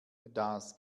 das